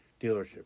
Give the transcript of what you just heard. dealership